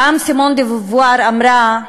פעם סימון דה-בובואר אמרה: